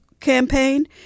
Campaign